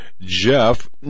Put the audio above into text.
Jeff